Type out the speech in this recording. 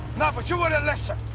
no, but you wouldn't listen.